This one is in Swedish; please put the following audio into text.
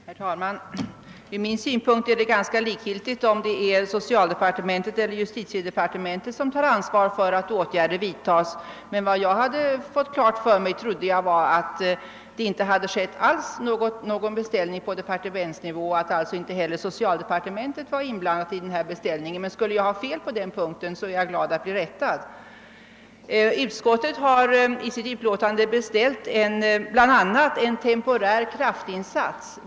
Herr talman! Från min synpunkt är det ganska likgiltigt om det är socialdepartementet eller justitiedepartementet som tar ansvaret för att åtgärder vidtas. Jag trodde emellertid att jag hade fått klart för mig att det inte hade gjorts någon beställning på departe mentsnivå och att alltså inte heller socialdepartementet var inblandat i denna beställning. Om jag skulle ha fel på den punkten är jag tacksam att bli rättad. Utskottet har i sitt utlåtande beställt bland annat en temporär kraftinsats.